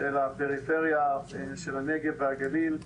של הפריפריה, של הנגב והגליל.